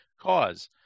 cause